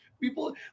People